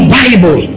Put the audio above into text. bible